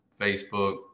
Facebook